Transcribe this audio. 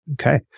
Okay